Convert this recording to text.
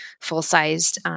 full-sized